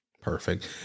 Perfect